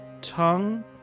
tongue